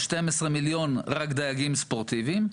12 מיליון רק דייגים ספורטיביים,